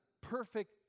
perfect